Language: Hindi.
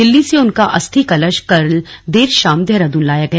दिल्ली से उनका अस्थि कलश कल देर शाम देहरादून लाया गया